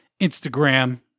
Instagram